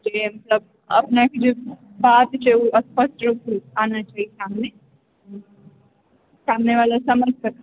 जे सब अपनेके जीव बात छै ओ स्पष्ट रूपसँ आना चाही सामने सामने वाला समझि सकए